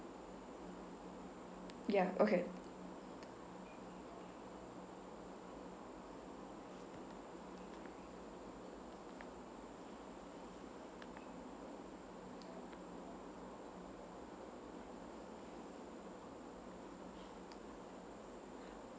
ya okay